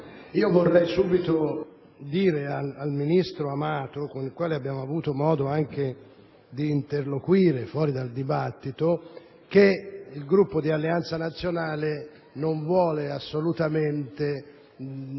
vorrei subito chiarire al ministro Amato, con il quale abbiamo avuto modo di interloquire anche fuori dal dibattito, che il Gruppo di Alleanza Nazionale non vuole assolutamente